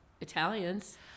Italians